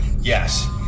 Yes